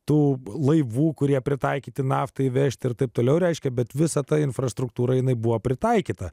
tų laivų kurie pritaikyti naftai vežti ir taip toliau reiškia bet visa ta infrastruktūra jinai buvo pritaikyta